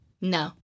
No